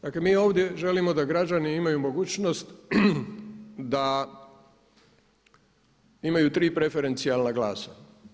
Dakle, mi ovdje želimo da građani imaju mogućnost da imaju tri preferencijalna glasa.